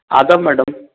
آداب میڈم